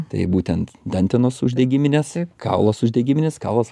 tai būtent dantenos uždegiminės kaulas uždegiminis kaulas